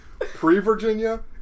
Pre-Virginia